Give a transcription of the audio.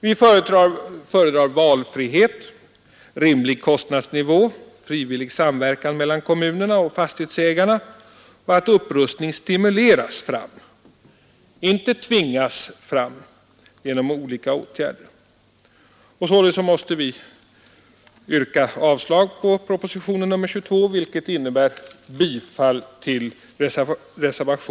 Vi föredrar valfrihet, rimlig kostnadsnivå och frivillig samverkan mellan kommunerna och fastighetsägarna liksom att upprustning stimuleras fram — inte tvingas fram — genom olika åtgärder. Således måste vi